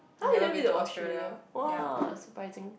!huh! you never been to Australia !wah! surprising